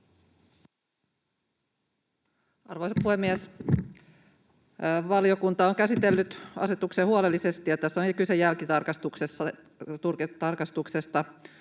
Arvoisa puhemies! Valiokunta on käsitellyt asetuksen huolellisesti. Tässä on kyse jälkitarkastuksesta,